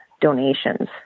donations